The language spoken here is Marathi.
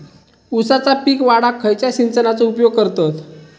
ऊसाचा पीक वाढाक खयच्या सिंचनाचो उपयोग करतत?